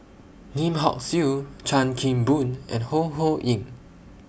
Lim Hock Siew Chan Kim Boon and Ho Ho Ying